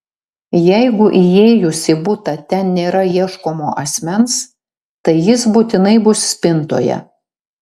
jeigu įėjus į butą ten nėra ieškomo asmens tai jis būtinai bus spintoje